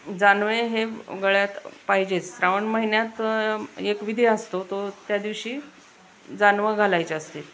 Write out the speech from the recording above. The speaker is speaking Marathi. जानवे हे गळ्यात पाहिजेच श्रावण महिन्यात एक विधी असतो तो त्या दिवशी जानवं घालायचे असते